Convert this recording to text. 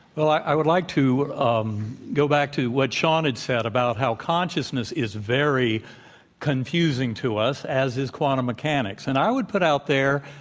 well, i would like to um go back to what sean had said about how consciousness is very confusing to us as is quantum mechanics. and i would put out there,